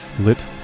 lit